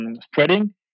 spreading